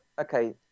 Okay